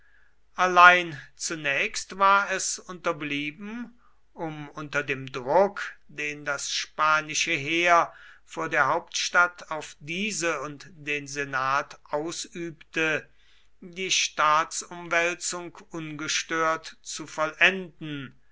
allein zunächst war es unterblieben um unter dem druck den das spanische heer vor der hauptstadt auf diese und den senat ausübte die staatsumwälzung ungestört zu vollenden